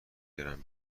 گرم